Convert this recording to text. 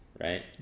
right